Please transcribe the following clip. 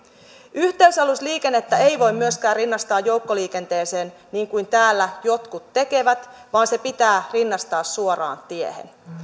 yhteysalusliikennettä ei voi myöskään rinnastaa joukkoliikenteeseen niin kuin täällä jotkut tekevät vaan se pitää rinnastaa suoraan tiehen